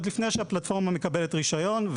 עוד לפני שהפלטפורמה מקבלת רישיון.